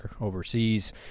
overseas